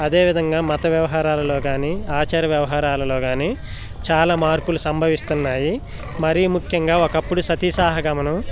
అదేవిధంగా మత వ్యవహారాలలో కానీ ఆచార వ్యవహారాలలో కానీ చాలా మార్పులు సంభవిస్తున్నాయి మరీ ముఖ్యంగా ఒకప్పుడు సతీసహగమనం